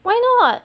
why not